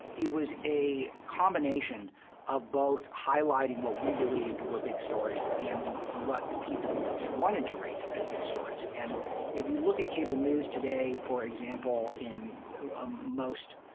it was a combination of both highlighting what we believed were big stories and what the people wanted to read as big stories. and if you look at cable news today, for example, in ah most